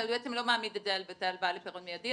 אתה בעצם לא מעמיד את ההלוואה לפתרון מידי,